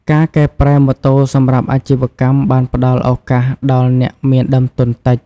ការកែប្រែម៉ូតូសម្រាប់អាជីវកម្មបានផ្តល់ឱកាសដល់អ្នកមានដើមទុនតិច។